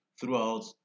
throughout